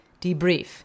debrief